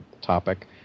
topic